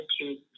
attitude